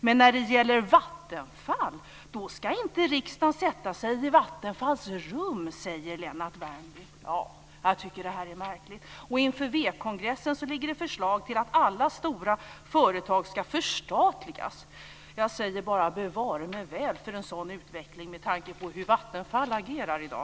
Men när det gäller Vattenfall ska riksdagen inte sätta sig i Vattenfalls rum, säger Lennart Värmby. Jag tycker att det här är märkligt. Inför Vänsterpartiets kongress finns det ett förslag om att alla stora företag ska förstatligas. Jag säger bara bevare mig väl för en sådan utveckling med tanke på hur Vattenfall agerar i dag.